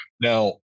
Now